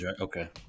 okay